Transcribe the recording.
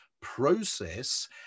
process